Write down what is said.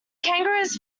kangaroos